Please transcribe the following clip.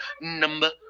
number